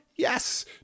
Yes